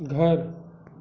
घर